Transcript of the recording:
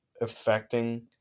affecting